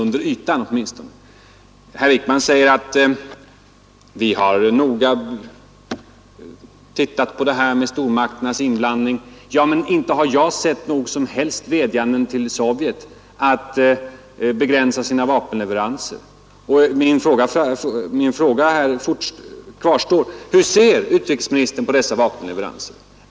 Herr Wickman säger att regeringen noga har studerat det här med stormakternas inblandning. Ja, men inte har jag sett några som helst vädjanden till Sovjet att begränsa sina vapenleveranser. Min fråga kvarstår: Hur ser utrikesministern på dessa vapenleveranser?